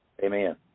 Amen